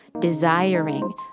desiring